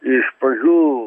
iš pradžių